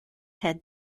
had